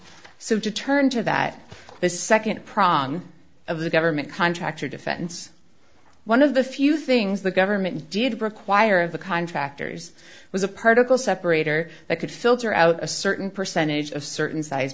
so to turn to that the nd prong of the government contractor defense one of the few things the government did require of the contractors was a particle separator that could filter out a certain percentage of certain size